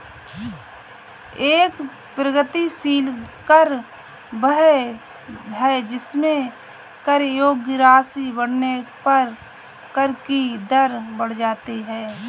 एक प्रगतिशील कर वह है जिसमें कर योग्य राशि बढ़ने पर कर की दर बढ़ जाती है